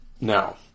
Now